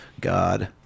God